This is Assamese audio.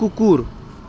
কুকুৰ